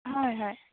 হয় হয়